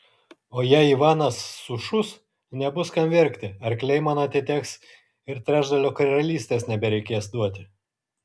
o jei ivanas sušus nebus kam verkti arkliai man atiteks ir trečdalio karalystės nebereikės duoti